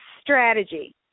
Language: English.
strategy